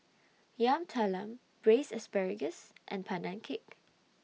Yam Talam Braised Asparagus and Pandan Cake